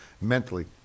mentally